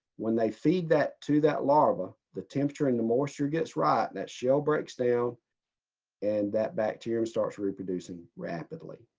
when they feed that to that larva, the temperature and the moisture gets right and that shell breaks down um and that bacterium starts reproducing rapidly.